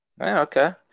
Okay